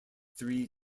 three